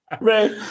Right